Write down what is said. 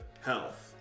health